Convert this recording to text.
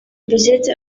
bezitten